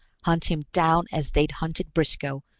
hunt him down as they'd hunted briscoe,